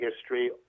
history